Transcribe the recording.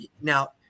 now